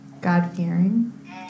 God-fearing